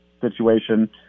situation